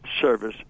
service